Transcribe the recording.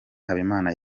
habimana